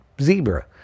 zebra